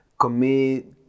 commit